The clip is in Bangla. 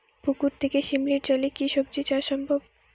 পুকুর থেকে শিমলির জলে কি সবজি চাষ সম্ভব?